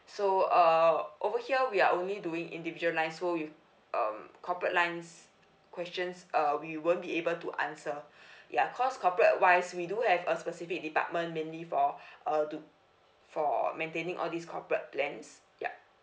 so uh over here we are only doing individual lines so you um corporate lines questions uh we won't be able to answer ya because corporate wise we do have a specific department mainly for uh to for maintaining all these corporate plans yup